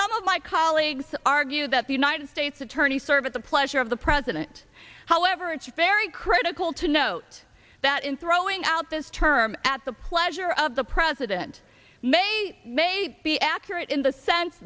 some of my colleagues argued that the united states attorneys serve at the pleasure of the president however it's very critical to note that in throwing out this term at the pleasure of the president may may be accurate in the sense